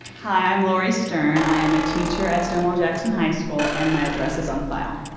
hi, i'm lori sterne i am a teacher at stonewall jackson high school and my address is on file.